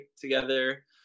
together